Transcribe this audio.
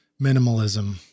minimalism